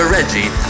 Reggie